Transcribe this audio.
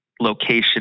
location